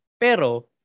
Pero